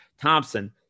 Thompson